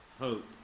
hope